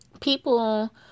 people